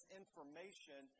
information